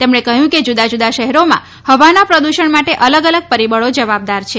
તેમણે કહ્યું કે જુદાં જુદાં શહેરોમાં હવાના પ્રદૂષણ માટે અલગ અલગ પરિબળો જવાબદાર છે